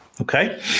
Okay